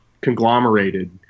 conglomerated